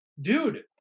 dude